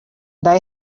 they